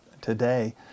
today